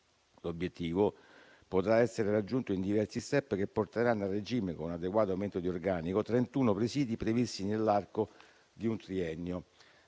L'obiettivo potrà essere raggiunto in diversi *step* che porteranno a regime, con un adeguato aumento di organico, 31 presidi previsti nell'arco di un triennio.